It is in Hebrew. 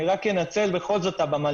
אני רק אנצל בכל זאת את הבמה,